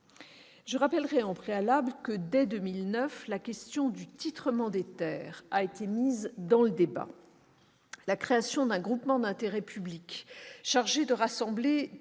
Je rappellerai en préalable que, dès 2009, la question du titrement des terres a été mise en débat. La création d'un groupement d'intérêt public chargé de rassembler